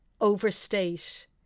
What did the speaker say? overstate